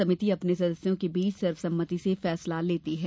समिति अपने सदस्यों के बीच सर्वसम्मति से फैसला लेती है